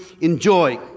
enjoy